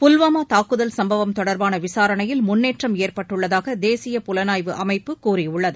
புல்வாமா தாக்குதல் சம்பவம் தொடர்பான விசாரணையில் முன்னேற்றம் ஏற்பட்டுள்ளதாக தேசிய புலனாய்வு அமைப்பு கூறியுள்ளது